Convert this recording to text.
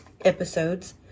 episodes